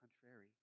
contrary